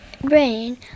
brain